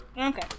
Okay